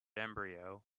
embryo